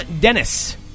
Dennis